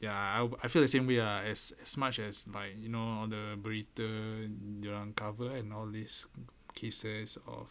ya I I feel the same way ah as as much as like you know the berita dia orang cover and all these cases of